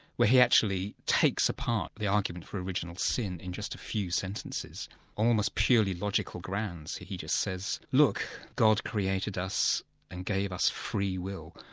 where he actually takes apart the argument for original sin in just a few sentences, on almost purely logical grounds. he just says, look, god created us and gave us free will.